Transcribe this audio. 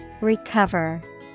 Recover